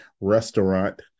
restaurant